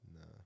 no